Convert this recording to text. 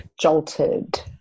jolted